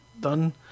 done